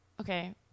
okay